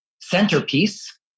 centerpiece